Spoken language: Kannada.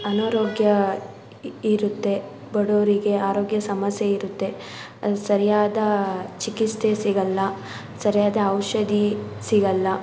ಅನಾರೋಗ್ಯ ಇರುತ್ತೆ ಬಡವರಿಗೆ ಆರೋಗ್ಯ ಸಮಸ್ಯೆ ಇರುತ್ತೆ ಸರಿಯಾದ ಚಿಕಿತ್ಸೆ ಸಿಗಲ್ಲ ಸರಿಯಾದ ಔಷಧಿ ಸಿಗಲ್ಲ